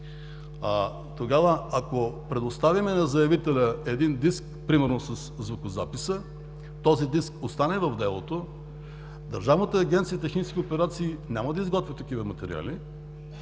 Тогава, ако предоставим на заявителя един диск примерно със звукозаписа, този диск остане в делото, Държавната агенция „Технически операции“ няма да изготвя такива материали,